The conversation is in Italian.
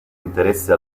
interesse